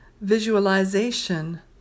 Visualization